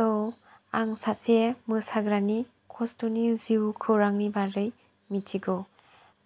औ आं सासे मोसाग्रानि खस्थ'नि जिउ खौरांनि बारै मिथिगौ